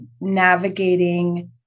navigating